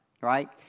right